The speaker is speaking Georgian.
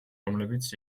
რომლებიც